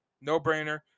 no-brainer